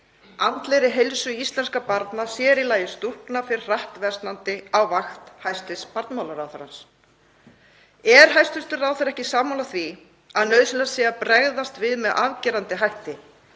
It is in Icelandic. andlegri heilsu íslenskra barna, sér í lagi stúlkna, fer hratt versnandi á vakt hæstv. barnamálaráðherra. Er hæstv. ráðherra ekki sammála því að nauðsynlegt sé að bregðast við með afgerandi hætti?